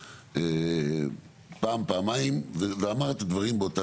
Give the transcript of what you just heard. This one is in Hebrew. פעם ופעמיים והוא אמר את הדברים באותה